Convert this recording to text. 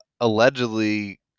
allegedly